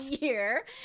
year